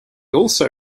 also